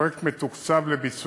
הפרויקט מתוקצב לביצוע,